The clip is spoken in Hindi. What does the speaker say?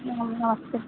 जी नमस्ते